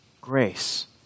Grace